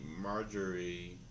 Marjorie